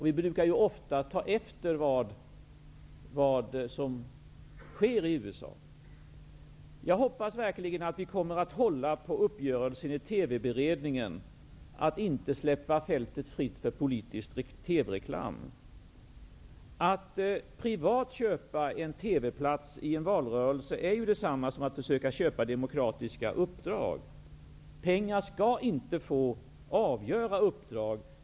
Vi brukar ju ofta ta efter sådant som sker i USA. Jag hoppas verkligen att vi kommer att hålla på uppgörelsen i TV-beredningen, dvs. att inte släppa fältet fritt för politisk TV-reklam. Att privat köpa TV-plats i en valrörelse är detsamma som att försöka köpa demokratiska uppdrag. Pengar skall inte få avgöra uppdrag.